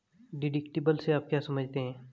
Deductible से आप क्या समझते हैं?